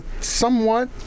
somewhat